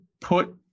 put